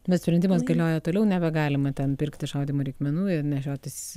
bet sprendimas galioja toliau nebegalima ten pirkti šaudymo reikmenų ir nešiotis